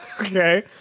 Okay